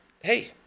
hey